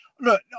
Look